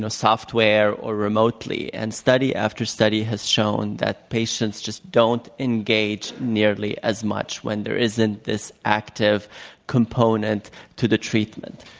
ah software or remotely and study after study has shown that patients just don't engage nearly as much when there isn't this active component to the treatment.